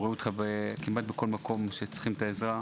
רואים אותך כמעט בכל מקום שבו יש צורך בעזרה.